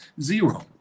zero